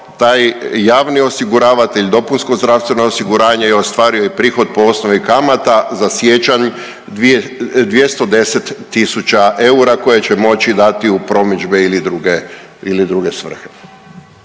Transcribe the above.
taj javni osiguravatelj, dopunsko zdravstveno osiguranje je ostvario i prihod po osnovi kamata za siječanj 210 tisuća eura koje će moći dati u promidžbe ili druge,